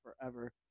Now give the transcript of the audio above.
forever